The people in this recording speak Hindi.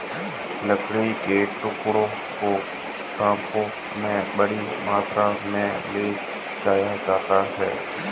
लकड़ी के लट्ठों को ट्रकों में बड़ी मात्रा में ले जाया जाता है